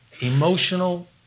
emotional